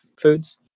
foods